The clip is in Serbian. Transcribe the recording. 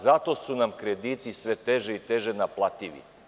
Zato su nam krediti sve teže i teže naplativi.